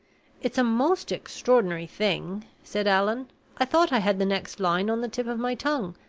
it's a most extraordinary thing, said allan i thought i had the next line on the tip of my tongue,